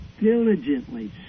diligently